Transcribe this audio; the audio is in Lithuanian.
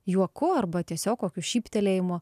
juoku arba tiesiog kokiu šyptelėjimu